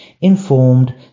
informed